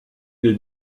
des